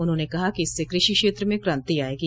उन्होंने कहा कि इससे कृषि क्षेत्र में क्रांति आएगी